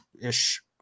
ish